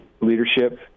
leadership